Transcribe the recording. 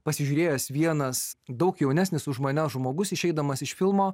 pasižiūrėjęs vienas daug jaunesnis už mane žmogus išeidamas iš filmo